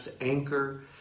anchor